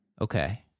Okay